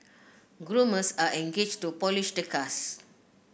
groomers are engaged to polish the cars